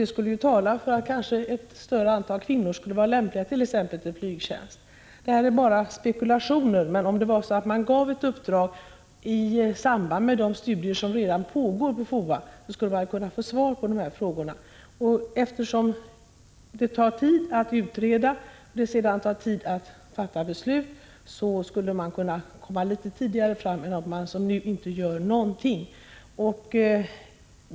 Det skulle kunna tala för att ett större antal kvinnor kunde vara lämpliga för t.ex. flygtjänst. Det här är bara spekulationer, men om FOA finge i uppdrag att undersöka detta i samband med de studier som redan pågår där skulle vi kunna få svar på dessa frågor. Eftersom det tar tid att utreda och eftersom det sedan tar tid att fatta beslut, skulle man på det sättet komma fram till ett ställningstagande tidigare än om man som nu inte gör någonting.